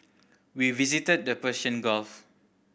we visited the Persian Gulf